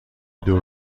دور